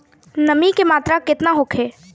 नमी के मात्रा केतना होखे?